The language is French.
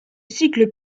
cycle